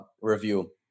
review